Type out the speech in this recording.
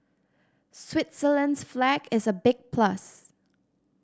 Switzerland's flag is a big plus